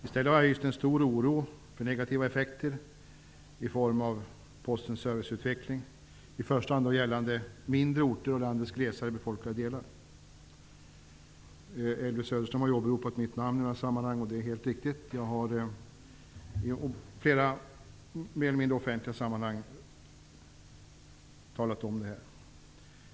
I stället har jag hyst en stor oro för negativa effekter för Postens serviceutveckling, i första hand gällande mindre orter och landets mer glest befolkade delar. Elvy Söderström har åberopat mitt namn i detta sammanhang, och det är helt riktigt. Jag har i flera mer eller mindre offentliga sammanhang talat om detta.